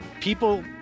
people